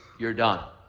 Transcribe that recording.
you're done.